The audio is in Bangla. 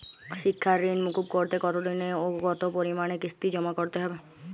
শিক্ষার ঋণ মুকুব করতে কতোদিনে ও কতো পরিমাণে কিস্তি জমা করতে হবে?